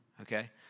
Okay